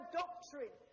doctrine